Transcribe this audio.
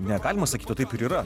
ne galima sakyt o taip ir yra